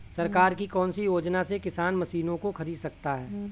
सरकार की कौन सी योजना से किसान मशीनों को खरीद सकता है?